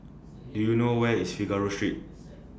Do YOU know Where IS Figaro Street